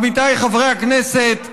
עמיתיי חברי הכנסת,